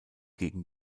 gegen